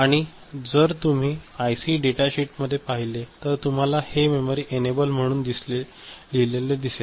आणि जर तुम्ही आयसी डेटा शीट मध्ये पाहिले तर तुम्हाला ते मेमरी एनेबल म्हणून लिहिलेले दिसेल